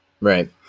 Right